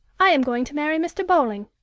i am going to marry mr. bowling